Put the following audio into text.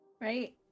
right